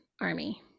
army